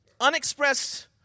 unexpressed